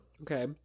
Okay